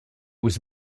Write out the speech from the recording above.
was